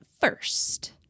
first